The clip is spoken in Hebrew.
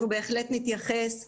אנחנו בהחלט נתייחס לדברים.